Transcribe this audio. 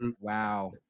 Wow